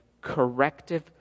corrective